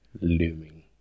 looming